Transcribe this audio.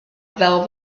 fel